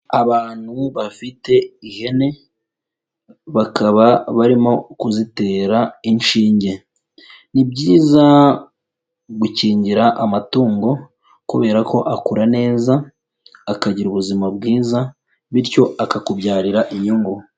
Abantu bafite ihene, bakaba barimo kuzitera inshinge, ni byiza gukingira amatungo kubera ko akura neza akagira ubuzima bwiza bityo akakubyarira inyungu.